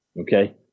Okay